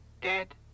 dead